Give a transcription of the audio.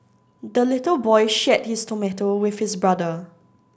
the little boy shared his tomato with his brother